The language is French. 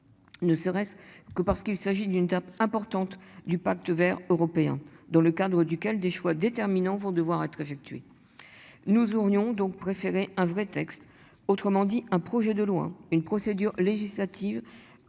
Ne serait-ce que parce qu'il s'agit d'une étape importante du Pacte Vert européen dans le cadre duquel des choix déterminants vont devoir être effectués. Nous aurions donc préféré un vrai texte. Autrement dit, un projet de loin une procédure législative